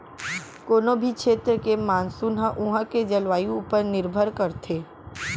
कोनों भी छेत्र के मानसून ह उहॉं के जलवायु ऊपर निरभर करथे